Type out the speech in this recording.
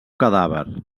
cadàver